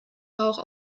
rauch